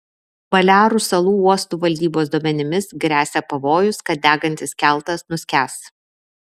balearų salų uostų valdybos duomenimis gresia pavojus kad degantis keltas nuskęs